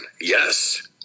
Yes